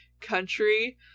country